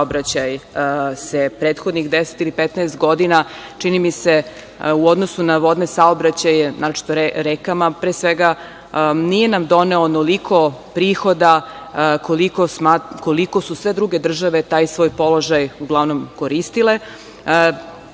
saobraćaj prethodnih 10 ili 15 godina, čini mi se, u odnosu na vodne saobraćaje, naročito na rekama, pre svega, nije nam doneo onoliko prihoda koliko su sve druge države taj svoj položaj uglavnom koristile.